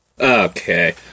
Okay